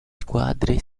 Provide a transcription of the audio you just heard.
squadre